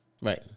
Right